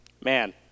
Man